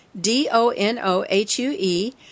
D-O-N-O-H-U-E